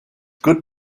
good